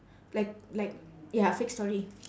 like like ya fake story